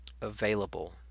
available